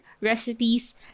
recipes